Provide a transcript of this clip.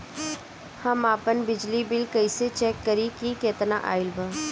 हम आपन बिजली बिल कइसे चेक करि की केतना आइल बा?